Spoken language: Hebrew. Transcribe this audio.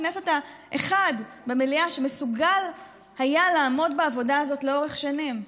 תראו לי חבר כנסת אחד במליאה שמסוגל היה לעמוד בעבודה הזאת לאורך שנים?